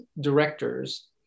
directors